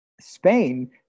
Spain